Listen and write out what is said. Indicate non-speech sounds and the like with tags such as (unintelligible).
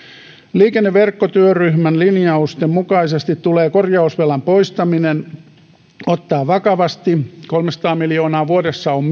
liikenneverkkotyöryhmän linjausten mukaisesti tulee korjausvelan poistaminen ottaa vakavasti kolmesataa miljoonaa vuodessa on (unintelligible)